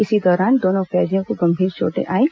इसी दौरान दोनों कैदियों को गंभीर चोटें आईं